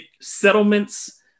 settlements